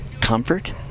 comfort